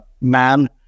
man